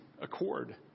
accord